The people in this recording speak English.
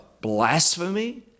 blasphemy